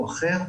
הוא אחר,